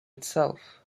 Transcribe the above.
itself